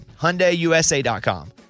HyundaiUSA.com